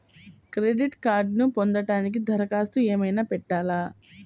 Credit కార్డ్ను పొందటానికి దరఖాస్తు ఏమయినా పెట్టాలా?